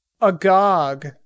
Agog